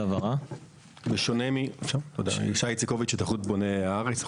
ישי אצקוביץ' מהתאחדות בוני הארץ.